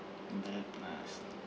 that nice